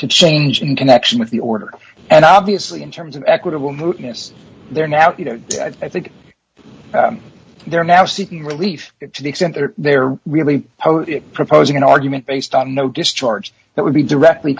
to change in connection with the order and obviously in terms of equitable moodiness there now you know i think that they're now seeking relief it to the extent that they're really proposing an argument based on no discharge that would be directly